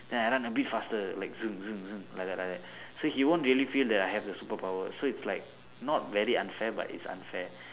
then I run a bit faster like like that like that so he won't really feel that I have the superpower so it's like not very unfair but it's unfair